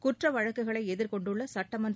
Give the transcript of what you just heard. குற்றவழக்குகளை எதிர்கொண்டுள்ள சட்டமன்ற